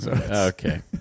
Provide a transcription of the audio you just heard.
Okay